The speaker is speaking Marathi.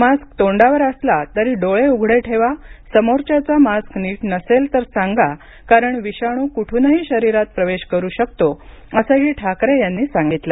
मास्क तोंडावर असला तरी डोळे उघडे ठेवा समोरच्याचा मास्क नीट नसेल तर सांगा कारण विषाणू कुठुनही शरीरात प्रवेश करू शकतो असंही ठाकरे यांनी सांगितले